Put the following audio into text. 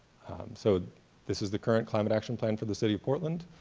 so this is the current climate action plan for the city of portland,